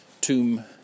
tomb